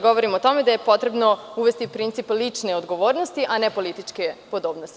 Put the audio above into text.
Govorim o tome da je potrebno uvesti u princip lične odgovornosti, a ne političke podobnosti.